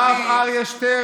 אתם נלחמים ברב אריה שטרן,